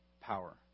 power